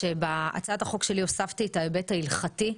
שבהצעת החוק שלי הוספתי את ההיבט ההלכתי.